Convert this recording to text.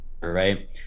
right